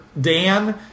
Dan